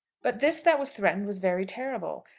but this that was threatened was very terrible.